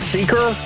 Seeker